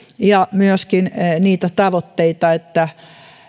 ja myöskin niitä tavoitteita että